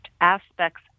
aspects